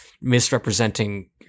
misrepresenting